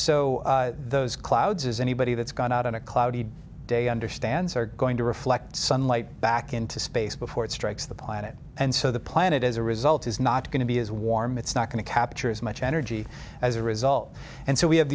so those clouds as anybody that's gone out on a cloudy day understands are going to reflect sunlight back into space before it strikes the planet and so the planet as a result is not going to be as warm it's not going to capture as much energy as a result and so we have